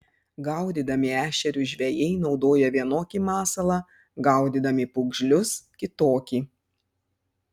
gaudydami ešerius žvejai naudoja vienokį masalą gaudydami pūgžlius kitokį